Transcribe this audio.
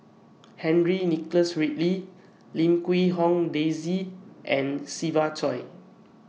Henry Nicholas Ridley Lim Quee Hong Daisy and Siva Choy